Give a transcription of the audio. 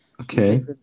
okay